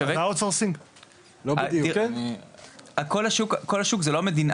כל השוק זה לא המדינה,